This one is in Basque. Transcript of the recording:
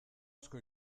asko